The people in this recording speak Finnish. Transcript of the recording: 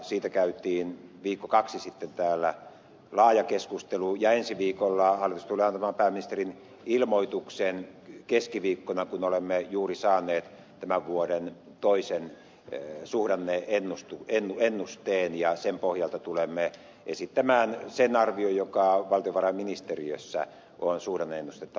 siitä käytiin viikko kaksi sitten täällä laaja keskustelu ja ensi viikolla hallitus tulee antamaan pääministerin ilmoituksen keskiviikkona kun olemme juuri saaneet tämän vuoden toisen suhdanne ennusteen ja sen pohjalta tulemme esittämään sen arvion joka valtiovarainministeriössä on suhdanne ennustetta